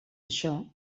això